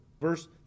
Verse